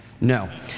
No